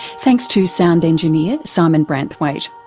thanks to sound engineer simon branthwaite.